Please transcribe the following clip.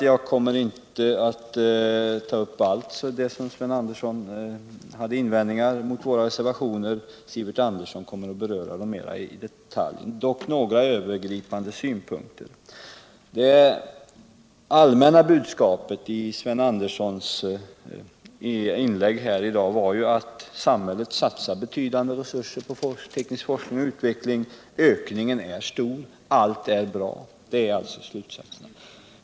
Jag skall inte kommentera Sven Anderssons alla invändningar mot våra reservationer, utan dessa kommer Sivert Andersson att beröra mera i detalj. Dock skall jag framföra några övergripande synpunkter. Det allmänna budskapet i Sven Anderssons inlägg här i dag var att samhället satsar betydande resurser på teknisk forskning och utveckling. ”Ökningen är stor, allt är bra.” Det är alltså slutsatserna.